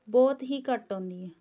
ਬਹੁਤ ਹੀ ਘੱਟ ਆਉਂਦੀ ਹੈ